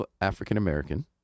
African-American